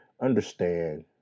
understand